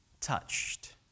touched